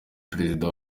perezida